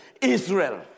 Israel